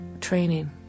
training